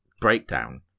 breakdown